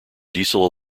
diesel